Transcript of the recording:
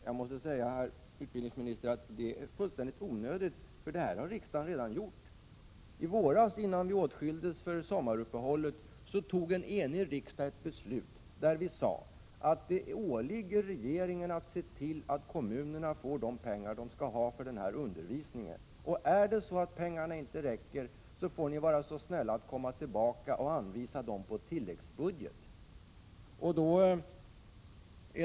Jag måste säga, herr utbildningsminister, att det är fullständigt onödigt, därför att riksdagen har redan gjort detta. I våras, före sommaruppehållet, fattade en enig riksdag ett beslut som innebar att det åligger regeringen att se till att kommunerna får de pengar de skall ha för denna undervisning. Om pengarna inte räcker får regeringen vara så snäll att komma tillbaka och anvisa pengar på tilläggsbudget.